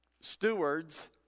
stewards